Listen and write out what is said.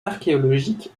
archéologique